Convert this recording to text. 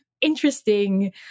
interesting